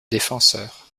défenseurs